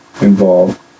involved